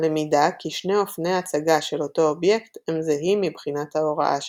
הלמידה כי שני אופני הצגה של אותו אובייקט הם זהים מבחינת ההוראה שלהם.